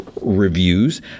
reviews